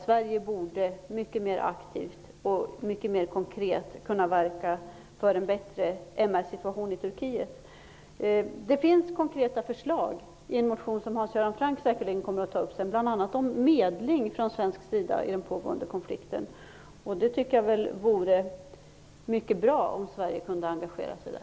Sverige borde mer aktivt och konkret verka för en bättre MR-situation i Turkiet. Det finns konkreta förslag i en motion som Hans Göran Franck säkerligen kommer att ta upp. Den handlar bl.a. om medling från svensk sida i den pågående konflikten. Det vore mycket bra om Sverige kunde engagera sig där.